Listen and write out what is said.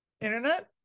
Internet